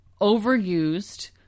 overused